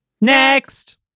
Next